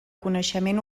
coneixement